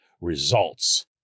results